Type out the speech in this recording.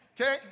Okay